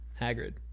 Hagrid